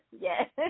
yes